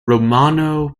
romano